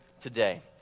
today